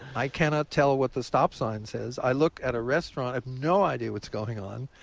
i cannot tell what the stop sign says. i look at a restaurant. i have no idea what's going on.